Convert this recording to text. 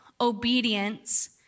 obedience